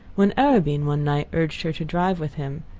when arobin, one night, urged her to drive with him,